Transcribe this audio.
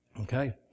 Okay